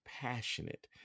Passionate